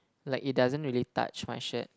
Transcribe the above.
like it doesn't really touch my shirt